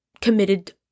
committed